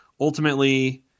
ultimately